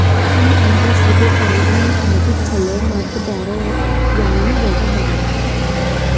peer ಅಂದ್ರ ಸೀಬೆಕಾಯಿ ನಮ್ ಹಾರ್ಟಿಗ್ ಛಲೋ ಮತ್ತ್ ಬ್ಯಾರೆ ಯಾವನು ರೋಗ್ ಬರಲ್ಲ್